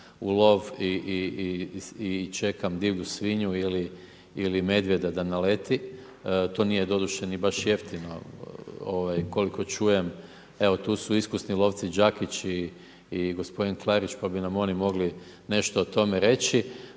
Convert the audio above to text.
u lov i čekam divlju svinju ili medvjeda da naleti. To nije doduše baš niti jeftino koliko čujem, evo tu su iskusni lovci Đakić i gospodin Klarić, pa bi nam oni mogli nešto o tome reći.